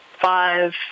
five